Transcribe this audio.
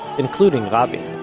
including rabin.